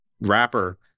rapper